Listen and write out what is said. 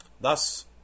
thus